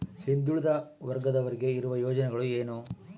ಹಿಂದುಳಿದ ವರ್ಗದವರಿಗೆ ಇರುವ ಯೋಜನೆಗಳು ಏನು?